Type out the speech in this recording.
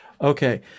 Okay